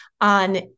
on